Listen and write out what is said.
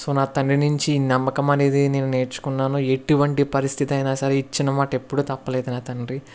so నా తండ్రి నుంచి నమ్మకం అనేది నేను నేర్చుకున్నాను ఎటువంటి పరిస్థితి అయినా సరే ఇచ్చిన మాట ఎప్పుడు తప్పలేదు నా తండ్రి